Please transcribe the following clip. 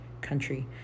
country